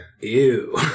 Ew